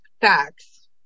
Facts